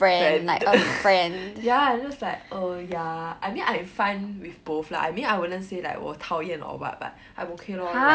friend ya I'm just like err ya I mean I'm fine with both lah I mean I wouldn't say like 我讨厌 or what but I'm okay lor like